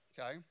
Okay